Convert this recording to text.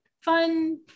fun